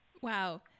Wow